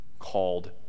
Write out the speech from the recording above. called